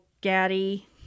gaddy